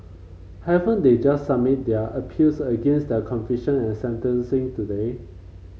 haven't they just submitted their appeals against their conviction and sentencing today